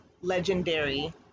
legendary